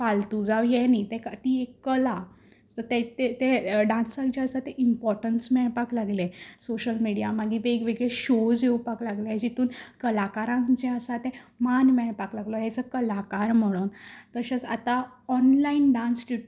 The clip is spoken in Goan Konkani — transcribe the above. फालतू जावं हें न्ही ती एक कला सो ते ते डान्साक जें आसा तें इंमपोर्टंन्स मेळपाक लागलें सोशल मिडिया मागीर वेगवेगळी शोज येवपाक लागले जितून कलाकारांक जें आसा तें मान मेळपाक लागलो एज ए कलाकार म्हणोन तशेंच आतां ऑनलायन डान्स